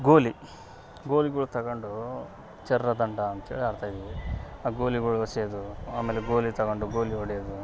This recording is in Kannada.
ಗೋಲಿ ಗೋಲಿಗಳ್ ತಗೊಂಡು ಚರ್ರಾ ದಂಡ ಅಂತೇಳಿ ಆಡ್ತಾಯಿದ್ವಿ ಆ ಗೋಲಿಗಳು ಎಸೆಯೋದು ಆಮೇಲೆ ಗೋಲಿ ತಗೊಂಡು ಗೋಲಿ ಹೊಡ್ಯೋದು